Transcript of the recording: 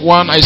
One